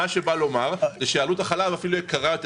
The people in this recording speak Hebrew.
אנחנו אומרים שאפשר לייתר את הסכו"ם